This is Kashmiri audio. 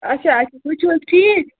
اچھا اچھا تُہۍ چھِو حظ ٹھیٖک